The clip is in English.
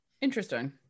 Interesting